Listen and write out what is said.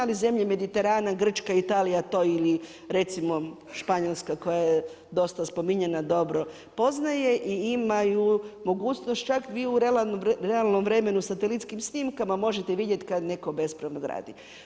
Ali zemlje Mediterana, Grčka, Italija to ili, recimo Španjolska koja je dosta spominjana dobro poznaje i imaju mogućnost, čak vi u realnom vremenu satelitskim snimkama možete vidjeti kad netko bespravno gradi.